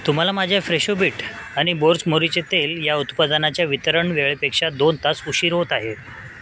तुम्हाला माझ्या Fresho beet आणि बोर्स मोहरीचे तेल या उत्पादनाच्या वितरण वेळेपेक्षा दोन तास उशीर होत आहे